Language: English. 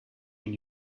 when